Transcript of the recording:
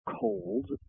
cold